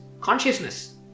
consciousness